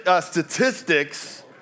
statistics